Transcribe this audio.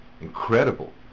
incredible